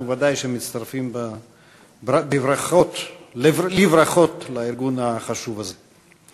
אנחנו ודאי מצטרפים לברכות לארגון החשוב הזה.